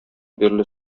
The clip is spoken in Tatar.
бирле